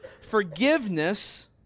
Forgiveness